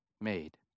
made